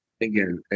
again